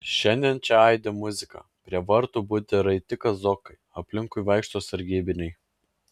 šiandien čia aidi muzika prie vartų budi raiti kazokai aplinkui vaikšto sargybiniai